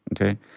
okay